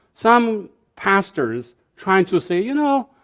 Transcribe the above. some pastors trying to say you know,